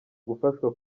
gufashwa